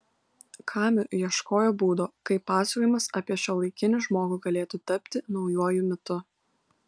kamiu ieškojo būdo kaip pasakojimas apie šiuolaikinį žmogų galėtų tapti naujuoju mitu